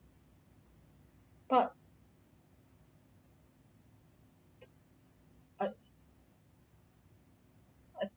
but at at